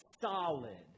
Solid